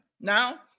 Now